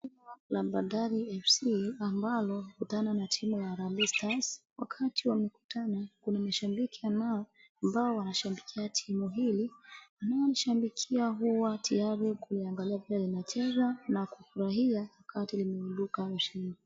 Timu la Bandari FC ambalo ukutana na timu ya Harambee Stars. Wakati wa mikutano, kuna mashabiki ambao wanashabikia timu hili. Wanaoshabikia huwa tayari kuyaangalia pia yanachezwa na kufurahia wakati limeibuka ushidi.